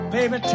Baby